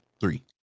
Three